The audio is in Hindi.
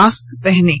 मास्क पहनें